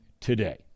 today